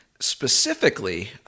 specifically